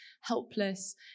helpless